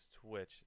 Twitch